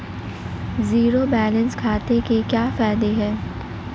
Zero balance खाते के क्या फायदे हैं?